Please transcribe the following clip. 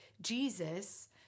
Jesus